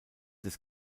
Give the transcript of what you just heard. des